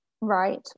Right